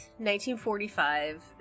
1945